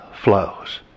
flows